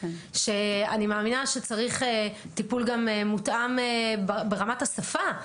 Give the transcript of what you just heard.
שאני מאמינה שצריך טיפול גם מותאם ברמת השפה,